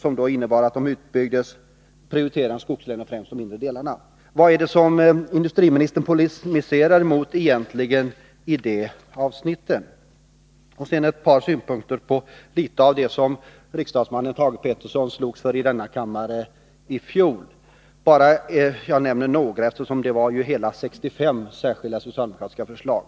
Vad är det som industriministern egentligen polemiserar mot i de avsnitten? Sedan ett par synpunkter på litet av det som riksdagsmannen Thage Peterson slogs för i denna kammare i fjol. Jag tar bara upp några saker, eftersom det var hela 65 särskilda socialdemokratiska förslag.